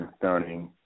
concerning